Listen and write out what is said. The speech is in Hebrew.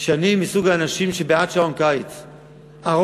שאני מסוג האנשים שבעד שעון קיץ ארוך,